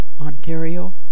Ontario